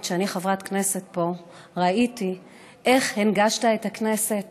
שאני חברת כנסת פה ראיתי איך הנגשת את הכנסת,